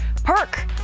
Perk